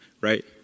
right